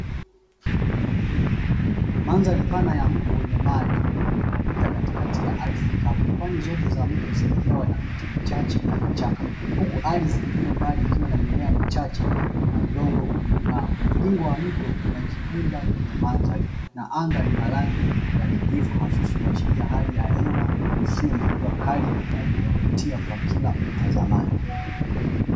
Mandhari pana ya mto wenye maji, unaopita katikati ya ardhi kavu. Pwani zote za mto zimejawa na miti michache na michanga, huku ardhi iliyo mbali ikiwa na mimea michache na udongo uliong'aa. Mviringo wa mto unajipinda kwenye mandhari, na anga lina rangi ya kijivu hafifu, kuashiria hali ya hewa isiyo na jua kali na inayovutia kwa kila mtazamaji.